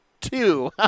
Two